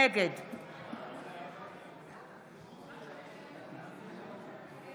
נגד ענבר בזק,